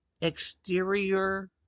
exterior